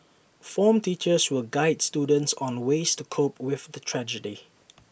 form teachers will guide students on ways to cope with the tragedy